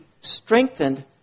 strengthened